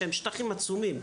שהם עצומים,